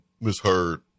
misheard